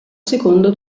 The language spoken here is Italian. secondo